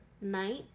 night